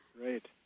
Great